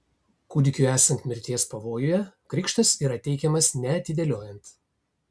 kūdikiui esant mirties pavojuje krikštas yra teikiamas neatidėliojant